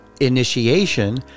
Initiation